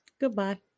goodbye